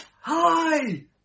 hi